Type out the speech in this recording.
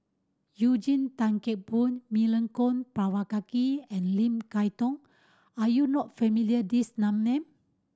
Eugene Tan Kheng Boon Milenko Prvacki and Lim Kay Tong are you not familiar these name